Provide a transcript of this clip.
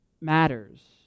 matters